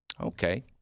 Okay